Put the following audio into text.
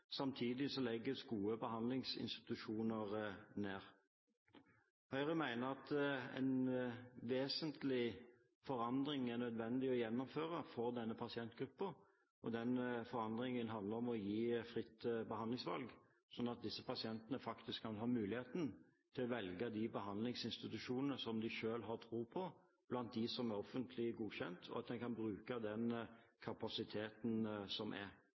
Samtidig legges gode behandlingsinstitusjoner ned. Høyre mener at en vesentlig forandring er nødvendig å gjennomføre for denne pasientgruppen, og den forandringen handler om å gi fritt behandlingsvalg, slik at disse pasientene faktisk kan ha muligheten til å velge de behandlingsinstitusjonene som de selv har tro på blant dem som er offentlig godkjent, og at en kan bruke den kapasiteten som er.